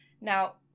Now